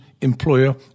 employer